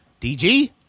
DG